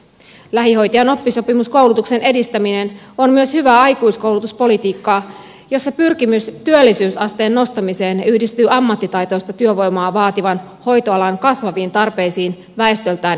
lähihoitajan oppisopimuskoulutuksen edistäminen on myös hyvää aikuiskoulutuspolitiikkaa jossa pyrkimys työllisyysasteen nostamiseen yhdistyy ammattitaitoista työvoimaa vaativan hoitoalan kasvaviin tarpeisiin väestöltään ikääntyvässä maassa